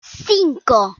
cinco